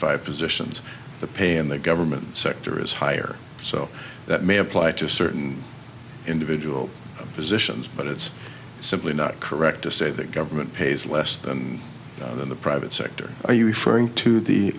five positions the pay in the government sector is higher so that may apply to certain individual physicians but it's simply not correct to say that government pays less than in the private sector are you referring to the